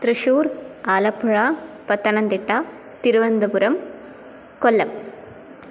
Thrissur Alappuzha Pathanamthitta Thiruvananthapuram Kollam